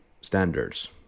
standards